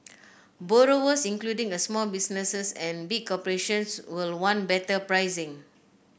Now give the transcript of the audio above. borrowers including small businesses and big corporations will want better pricing